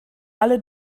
alle